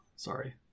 Sorry